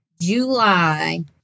July